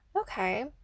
okay